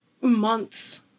months